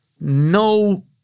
no